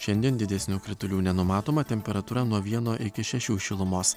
šiandien didesnių kritulių nenumatoma temperatūra nuo vieno iki šešių šilumos